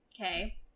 okay